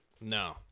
No